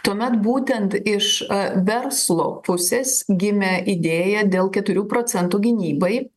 tuomet būtent iš verslo pusės gimė idėja dėl keturių procentų gynybai